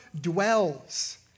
dwells